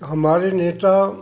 हमारे नेता